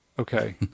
Okay